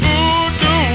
Voodoo